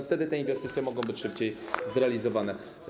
Wtedy te inwestycje mogą być szybciej zrealizowane.